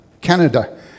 Canada